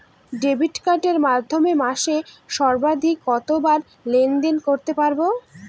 Debit কার্ডের মাধ্যমে মাসে সর্বাধিক কতবার লেনদেন করতে পারবো?